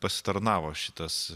pasitarnavo šitas